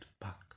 back